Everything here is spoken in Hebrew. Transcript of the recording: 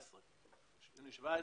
2017